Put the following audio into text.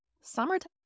summertime